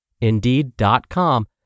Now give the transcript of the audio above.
Indeed.com